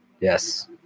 Yes